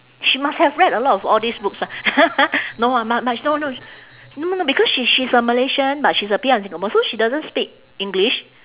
she must have read a lot of all these books ah no lah not much no no no no because she she's a malaysian but she's a P_R in singapore so she doesn't speak english